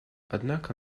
однако